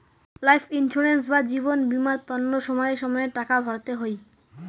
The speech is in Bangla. লাইফ ইন্সুরেন্স বা জীবন বীমার তন্ন সময়ে সময়ে টাকা ভরতে হই